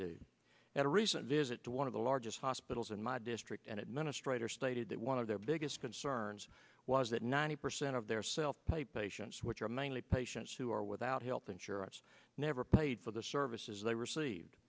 that a recent visit to one of the largest hospitals in my district and administrators stated that one of their biggest concerns was that ninety percent of their self pay patients which are mainly patients who are without health insurance never paid for the services they received